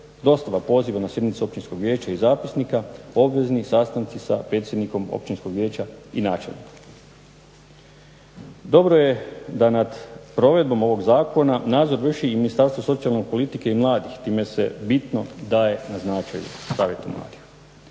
dostava poziva na sjednice općinskog vijeća i zapisnika, obvezni sastanci sa predsjednikom općinskog vijeća i načelnikom. Dobro je da nad provedbom ovog zakona nadzor vrši i Ministarstvo socijalne politike i mladih. Time se bitno daje na značenju savjetu mladih.